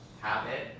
habit